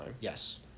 Yes